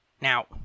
Now